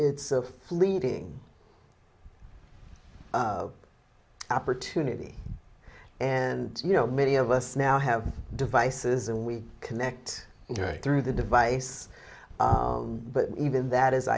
it's a fleeting opportunity and you know many of us now have devices and we connect right through the device but even that is